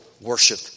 worship